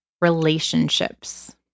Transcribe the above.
relationships